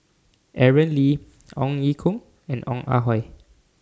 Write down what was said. Aaron Lee Ong Ye Kung and Ong Ah Hoi